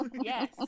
yes